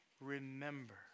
remember